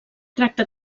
tracta